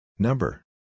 Number